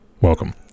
welcome